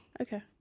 okay